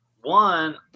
One